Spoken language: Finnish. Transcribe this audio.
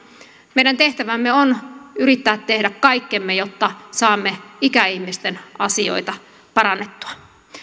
meidän tehtävämme on yrittää tehdä kaikkemme jotta saamme ikäihmisten asioita parannettua